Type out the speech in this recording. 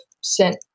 sent